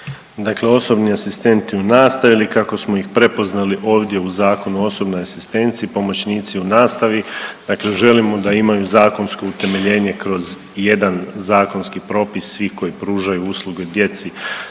Dakle osobni asistenti u nastavi ili kako smo ih prepoznali ovdje u Zakonu o osobnoj asistenciji, pomoćnici u nastavi, dakle želimo da imaju zakonsko utemeljenje kroz jedan zakonski propis svi koji pružaju usluge djeci